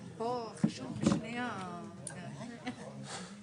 פה המתנדבים הם האזרחים הוותיקים עצמם.